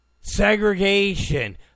segregation